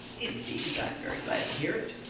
indeed, i am very glad to hear it,